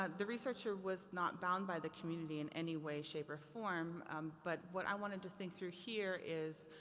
ah the researcher was not bound by the community in any way shape or form but what i wanted to think through here is,